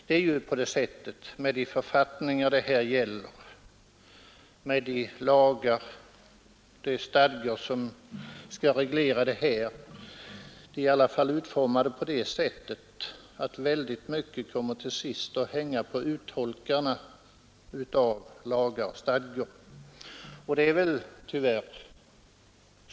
De lagar och stadgor som skall reglera förhållandena på det här området är ju utformade på det sättet att väldigt mycket till sist kommer att hänga på uttolkarna av dessa lagar och stadgor.